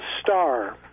star